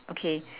okay